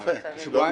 שבועיים,